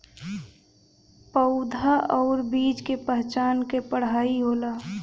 पउधा आउर बीज के पहचान क पढ़ाई होला